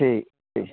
ᱴᱷᱤᱠ ᱴᱷᱤᱠ